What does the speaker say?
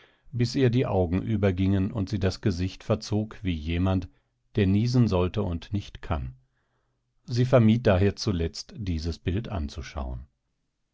bis ihr die augen übergingen und sie das gesicht verzog wie jemand der niesen sollte und nicht kann sie vermied daher zuletzt dieses bild anzuschauen